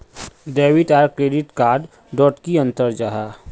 Debit आर credit card डोट की अंतर जाहा?